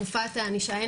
תקופת הענישה,